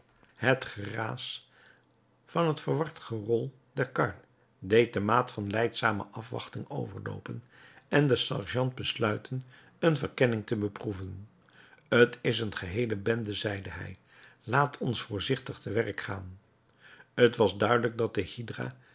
het geraas van het verward gerol der kar deed de maat van lijdzame afwachting overloopen en de sergeant besluiten een verkenning te beproeven t is een geheele bende zeide hij laat ons voorzichtig te werk gaan t was duidelijk dat de hydra